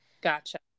Gotcha